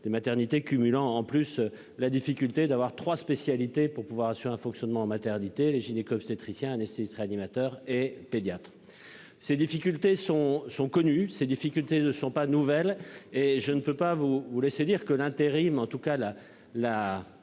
de maternité cumulant en plus la difficulté d'avoir 3 spécialités pour pouvoir assurer un fonctionnement en maternité et les gynécos obstétriciens, anesthésistes réanimateurs et pédiatre. Ces difficultés sont sont connus ces difficultés ne sont pas nouvelles et je ne peux pas vous laisser dire que l'intérim en tout cas la